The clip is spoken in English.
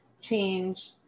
change